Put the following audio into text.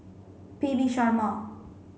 P V Sharma